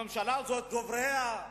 הממשלה הזאת, דובריה,